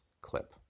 clip